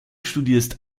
studierst